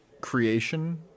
creation